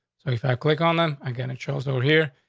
so if i click on them again, it shows over here.